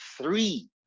three